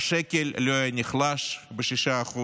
והשקל לא היה נחלש ב-6%,